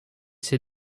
ses